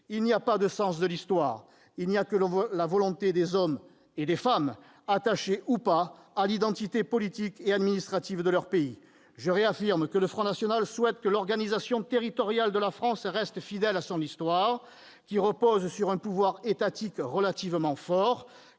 ni sens de l'histoire, il n'y a que la volonté d'hommes et de femmes attachés, ou pas, à l'identité politique et administrative de leur pays. Je réaffirme que le Front national souhaite que l'organisation territoriale de la France reste fidèle à son histoire, qui repose sur un pouvoir étatique relativement fort,